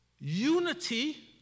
unity